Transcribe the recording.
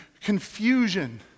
confusion